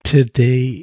Today